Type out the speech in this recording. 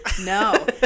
No